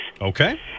Okay